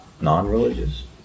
non-religious